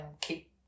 keep